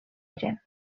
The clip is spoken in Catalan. gent